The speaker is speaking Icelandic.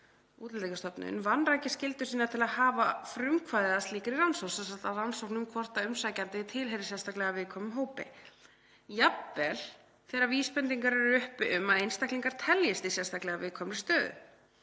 Útlendingastofnun — „vanrækir skyldu sína til að hafa frumkvæði að slíkri rannsókn“ — sem sagt rannsókn um hvort umsækjandi tilheyri sérstaklega viðkvæmum hópi — „jafnvel þegar vísbendingar eru uppi um að einstaklingar teljist í sérstaklega viðkvæmri stöðu.